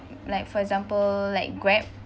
like for example like Grab